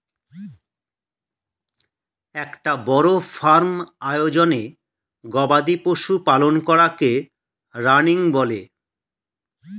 একটা বড় ফার্ম আয়োজনে গবাদি পশু পালন করাকে রানিং বলে